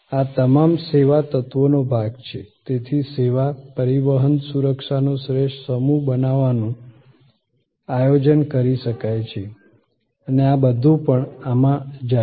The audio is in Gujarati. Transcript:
આ તમામ સેવા તત્વનો ભાગ છે તેથી સેવા પરિવહન સુરક્ષાનો શ્રેષ્ઠ સમૂહ બનાવવાનું આયોજન કરી શકાય છે અને આ બધું પણ આમાં જાય છે